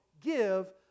give